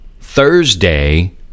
Thursday